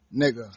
Nigga